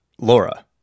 Laura